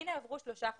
הנה, עברו שלושה חודשים,